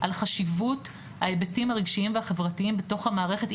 על חשיבות ההיבטים הרגשיים והחברתיים בתוך המערכת,